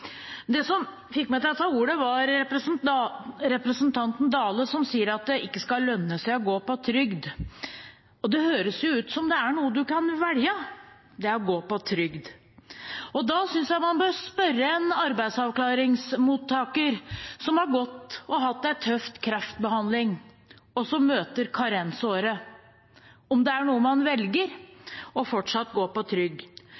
Det som fikk meg til å ta ordet, var representanten Jon Georg Dale, som sa at det ikke skal lønne seg å gå på trygd. Det høres ut som om det å gå på trygd er noe man kan velge. Da synes jeg jeg man bør spørre en mottaker av arbeidsavklaringspenger som har hatt en tøff kreftbehandling, og som møter karensåret, om det å fortsatt gå på trygd er noe man velger.